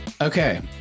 okay